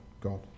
God